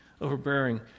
overbearing